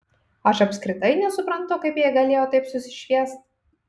aš apskritai nesuprantu kaip jai galėjo taip susišviest